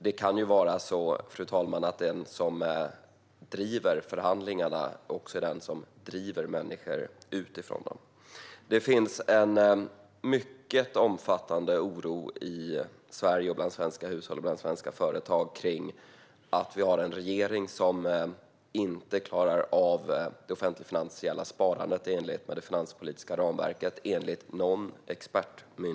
Det kan ju vara så, fru talman, att den som driver förhandlingarna också är den som driver människor ut ifrån dem. Det finns en mycket omfattande oro i Sverige, bland svenska hushåll och bland svenska företag, för att vi har en regering som inte enligt någon expertmyndighet klarar av det offentliga finansiella sparandet i enlighet med det finanspolitiska ramverket.